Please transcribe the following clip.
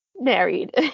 married